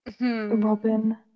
Robin